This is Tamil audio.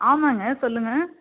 ஆமாங்க சொல்லுங்கள்